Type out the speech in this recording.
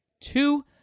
two